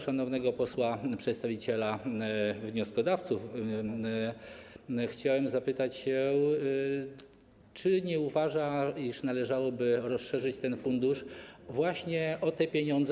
Szanownego posła przedstawiciela wnioskodawców chciałem zapytać, czy nie uważa, iż należałoby rozszerzyć ten fundusz właśnie o te pieniądze.